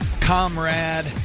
comrade